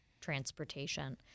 transportation